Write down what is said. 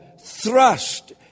thrust